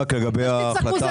לא, לא דנים סעיף סעיף.